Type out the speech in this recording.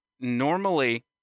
normally